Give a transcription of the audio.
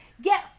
Get